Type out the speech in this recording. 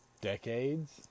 decades